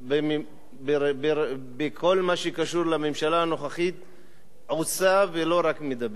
בכל מה שקשור לממשלה הנוכחית עושה ולא רק מדברת.